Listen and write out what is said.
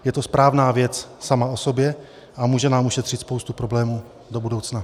Je to správná věc sama o sobě a může nám ušetřit spoustu problémů do budoucna.